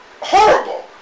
horrible